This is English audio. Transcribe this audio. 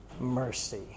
mercy